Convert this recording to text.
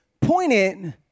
pointed